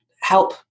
help